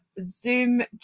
Zoom